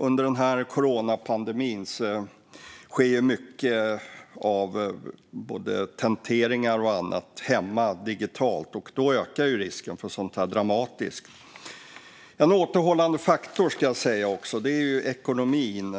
Under coronapandemin sker ju mycket av tenteringar och annat hemma, digitalt, och då ökar ju risken för sådant här dramatiskt. En återhållande faktor är ekonomin